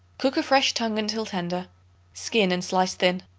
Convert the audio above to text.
cook a fresh tongue until tender skin and slice thin.